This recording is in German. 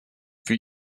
für